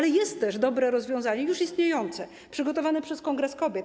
Jest też dobre rozwiązanie już istniejące, przygotowane przez Kongres Kobiet.